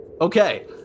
Okay